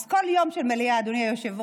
אז כל יום של מליאה, אדוני היושב-ראש,